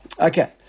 Okay